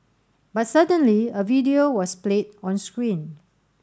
but suddenly a video was played on screen